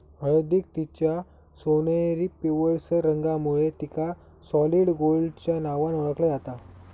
हळदीक तिच्या सोनेरी पिवळसर रंगामुळे तिका सॉलिड गोल्डच्या नावान ओळखला जाता